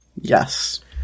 Yes